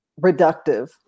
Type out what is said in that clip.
reductive